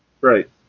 Right